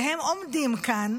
והם עומדים כאן